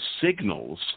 signals